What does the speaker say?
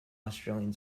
australian